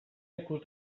ikus